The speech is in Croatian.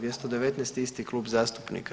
219. isti klub zastupnika.